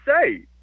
say